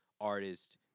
artist